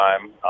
time